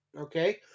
Okay